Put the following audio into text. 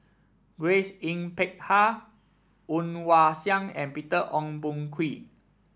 Grace Yin Peck Ha Woon Wah Siang and Peter Ong Boon Kwee